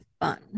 fun